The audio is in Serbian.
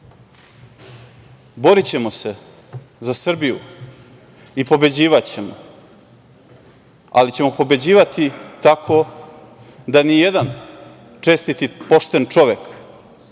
se za Srbiju i pobeđivaćemo, ali ćemo pobeđivati tako da nijedan čestit i pošten čovek